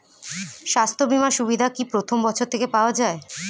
স্বাস্থ্য বীমার সুবিধা কি প্রথম বছর থেকে পাওয়া যায়?